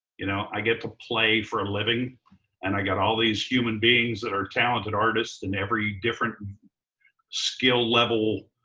you know i get to play for a living and i got all these human beings that are talented artists in every different skill level,